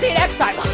next time.